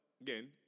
again